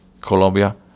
Colombia